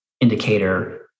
indicator